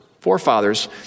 forefathers